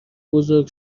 بزرگ